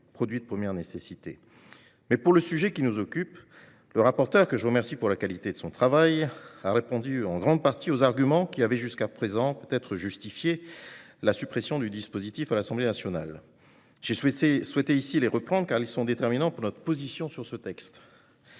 produits de première nécessité. Concernant le sujet qui nous occupe, le rapporteur, que je remercie pour la qualité de son travail, a largement répondu aux arguments qui avaient jusqu'à présent justifié la suppression du dispositif à l'Assemblée nationale. J'ai souhaité les reprendre ici, car ils sont déterminants pour notre position sur ce texte.